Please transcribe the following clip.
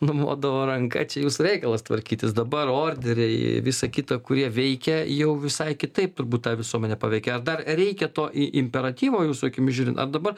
numodavo ranka čia jūsų reikalas tvarkytis dabar orderiai visa kita kurie veikia jau visai kitaip turbūt tą visuomenę paveikė ar dar reikia to i imperatyvo jūsų akimis žiūrint ar dabar